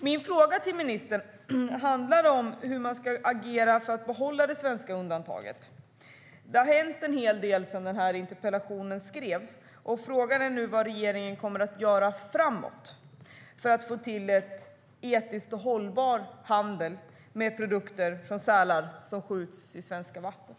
Min fråga till ministern handlar om hur man ska agera för att behålla det svenska undantaget. Det här hänt en hel del sedan den här interpellationen skrevs, och frågan är nu vad regeringen kommer att göra framöver för att få till en etisk och hållbar handel med produkter från sälar som skjuts i svenska vatten.